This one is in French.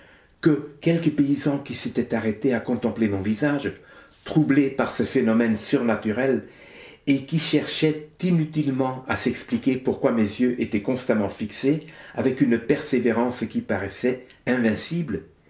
que quelques paysans qui s'étaient arrêtés à contempler mon visage troublé par ce phénomène surnaturel et qui cherchaient inutilement à s'expliquer pourquoi mes yeux étaient constamment fixés avec une persévérance qui paraissait invincible